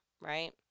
right